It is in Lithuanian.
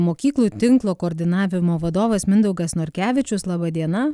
mokyklų tinklo koordinavimo vadovas mindaugas norkevičius laba diena